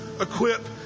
equip